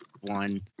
one